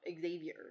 Xavier